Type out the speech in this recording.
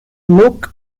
look